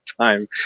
time